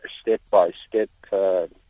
step-by-step